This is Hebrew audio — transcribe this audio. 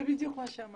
זה בדיוק מה שאמרתי.